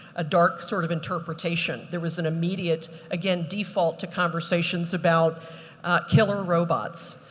a dark sort of interpretation. there was an immediate again default to conversations about killer robots,